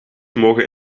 mogen